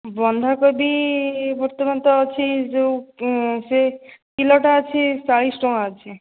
ବନ୍ଧାକୋବି ବର୍ତ୍ତମାନ ତ ଅଛି ଯେଉଁ ସେଇ କିଲୋଟା ଅଛି ଚାଳିଶ ଟଙ୍କା ଅଛି